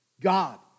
God